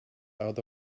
out